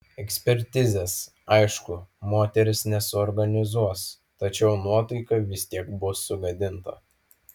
ekspertizės aišku moteris nesuorganizuos tačiau nuotaika vis tiek bus sugadinta